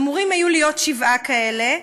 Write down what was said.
אמורים היו להיות שבעה כאלה,